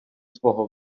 свого